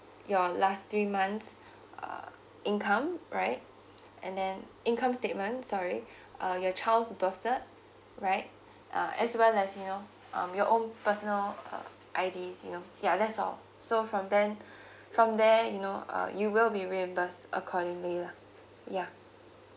your last three months uh income right and then income statement sorry uh your child's birth cert right uh as well as you know um your own personal err I D yeah that's all so from then from there you know uh you will be reimbursed accordingly lah yeah